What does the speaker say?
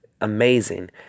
amazing